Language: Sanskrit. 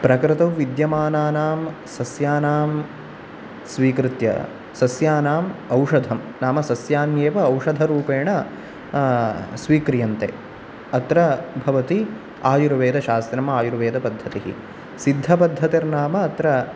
प्रकृतौ विद्यमानानां सस्यानां स्वीकृत्य सस्यानां औषधं नाम सस्यानि एव औषधरूपेण स्वीक्रियन्ते अत्र भवति आयुर्वेदशास्त्रम् आयुर्वेदपद्धतिः सिद्धपद्धतिर्नाम अत्र